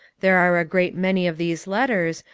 there are a great many of these letters,